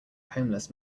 homeless